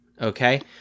Okay